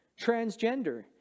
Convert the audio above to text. transgender